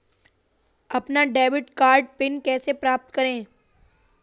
अपना debit card PIN कैसे प्राप्त करें?